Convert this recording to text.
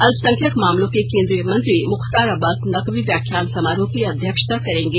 अल्पसंख्यक मामलों के केन्द्रीय मंत्री मुख्तार अब्बास नकवी व्याख्यान समारोह की अध्यक्षता करेंगे